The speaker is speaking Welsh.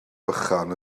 bychan